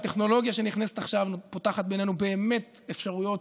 הטכנולוגיה שנכנסת עכשיו פותחת בפנינו אפשרויות